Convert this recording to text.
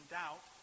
doubt